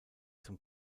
zum